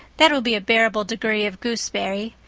that will be a bearable degree of gooseberry.